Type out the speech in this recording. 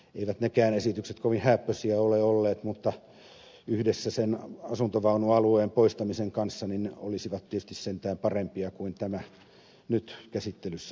eivät nekään esitykset kovin hääppöisiä ole olleet mutta yhdessä sen asuntovaunualueen poistamisen kanssa ne olisivat tietysti sentään parempia kuin tämä nyt käsittelyssä oleva esitys